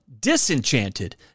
Disenchanted